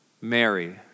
Mary